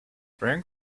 frank